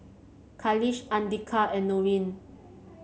Khalish Andika and Nurin